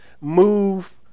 move